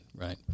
right